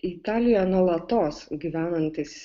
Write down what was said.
italijoje nuolatos gyvenantys